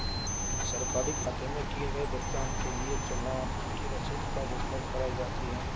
सरकारी खाते में किए गए भुगतान के लिए चालान की रसीद कब उपलब्ध कराईं जाती हैं?